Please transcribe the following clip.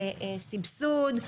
סבסוד,